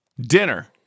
Dinner